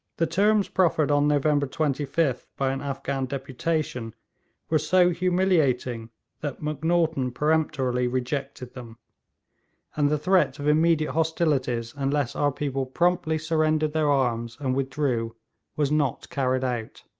the terms proffered on november twenty fifth by an afghan deputation were so humiliating that macnaghten peremptorily rejected them and the threat of immediate hostilities unless our people promptly surrendered their arms and withdrew was not carried out.